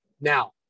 Now